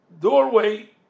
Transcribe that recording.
doorway